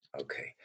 Okay